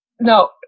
no